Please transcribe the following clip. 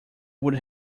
would